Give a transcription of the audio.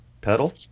pedal